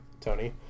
Tony